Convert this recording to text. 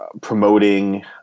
promoting